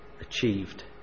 achieved